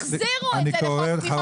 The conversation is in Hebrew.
החזירו את זה לחוק ההסדרים.